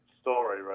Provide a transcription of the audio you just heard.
story